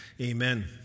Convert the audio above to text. Amen